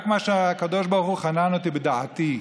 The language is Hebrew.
רק מה שהקדוש ברוך הוא חנן אותי בדעתי,